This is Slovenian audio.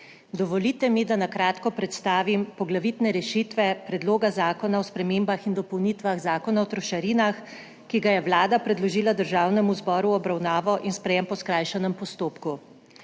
Dovolite mi, da na kratko predstavim poglavitne rešitve Predloga zakona o spremembah in dopolnitvah Zakona o trošarinah, ki ga je Vlada predložila Državnemu zboru v obravnavo in sprejem po skrajšanem postopku.